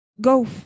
go